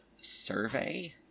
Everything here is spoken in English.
survey